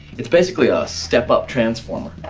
it's basically a step-up transformer.